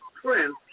prince